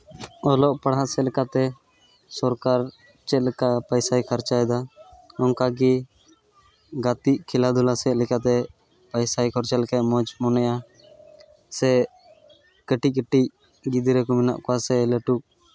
ᱚᱞᱚᱜ ᱯᱟᱲᱦᱟᱣ ᱥᱮᱫ ᱞᱮᱠᱟᱛᱮ ᱥᱚᱨᱠᱟᱨ ᱪᱮᱫᱠᱟ ᱯᱚᱭᱥᱟᱭ ᱠᱷᱚᱨᱪᱟᱭᱮᱫᱟ ᱚᱱᱠᱟᱜᱮ ᱜᱟᱛᱤᱜ ᱠᱷᱮᱞᱟ ᱫᱷᱩᱞᱟ ᱥᱮᱜ ᱞᱮᱠᱟᱛᱮ ᱯᱚᱭᱥᱟᱭ ᱠᱷᱚᱨᱪᱟ ᱞᱮᱠᱷᱟᱡ ᱢᱚᱡᱽ ᱢᱚᱱᱮᱭᱟ ᱥᱮ ᱠᱟᱹᱴᱤᱡ ᱠᱟᱹᱴᱤᱡ ᱜᱤᱫᱽᱨᱟᱹ ᱠᱚ ᱢᱮᱱᱟᱜ ᱠᱚᱣᱟ ᱥᱮ ᱞᱟᱹᱴᱩ